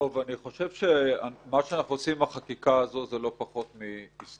אני חושב שמה שאנחנו עושים בחקיקה הזאת זה לא פחות מהיסטוריה.